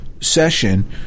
session